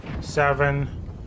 seven